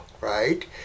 right